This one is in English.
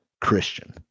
Christian